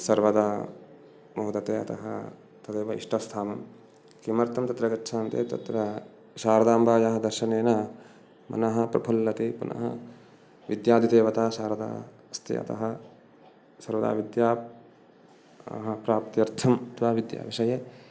सर्वदा मोदते अतः तदेव इष्टस्थानं किमर्थं तत्र गच्छन्ति तत्र शारदाम्बायाः दर्शनेन मनः प्रफुल्लति पुनः विद्यादिदेवता शारदा अस्ति अतः सर्वदा विद्या प्राप्त्यर्थं तदा विद्या विषये